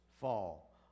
fall